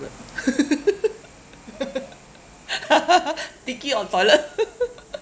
picky on toilet